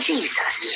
Jesus